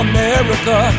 America